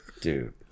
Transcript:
Dude